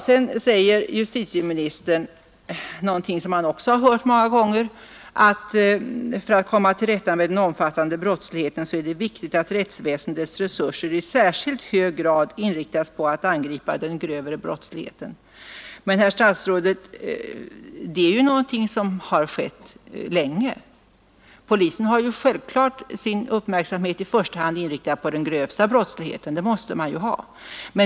Sedan säger justitieministern, vilket man också har hört många gånger, att för att man skall komma till rätta med den omfattande brottsligheten är det viktigt att rättsväsendets resurser i särskilt hög grad inriktas på att angripa den grövre brottsligheten. Men, herr statsråd, det är ju någonting som har skett länge. Polisen har självfallet sin uppmärksamhet i första hand inriktad på den grövsta brottsligheten — det måste man ju ha.